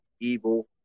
evil